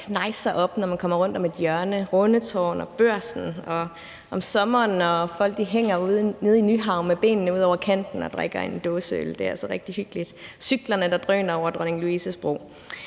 der knejser, når man kommer rundt om et hjørne, Rundetårn og Børsen, og om sommeren, når folk hænger ud nede i Nyhavn med benene ud over kanten og drikker en dåseøl – det er altså rigtig hyggeligt – og cyklerne, der drøner over Dronning Louises Bro.